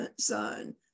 zone